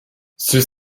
ceux